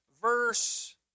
verse